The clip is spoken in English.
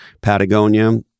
Patagonia